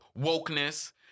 wokeness